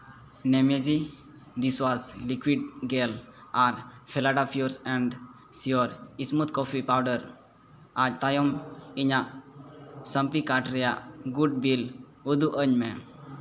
ᱱᱤᱢᱮᱡᱤ dishwash liquid gel ᱟᱨ ᱯᱷᱮᱞᱟᱰᱟ pure and sure smooth coffee powder ᱚᱪ ᱛᱟᱭᱚᱱᱚᱢ ᱤᱧᱟᱹᱜ ᱥᱚᱯᱤᱝ ᱠᱟᱨᱴ ᱨᱮᱭᱟᱜ ᱜᱩᱰ ᱵᱤᱞ ᱩᱫᱩᱜ ᱟᱹᱧ ᱢᱮ